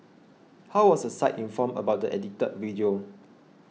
how was the site informed about the edited video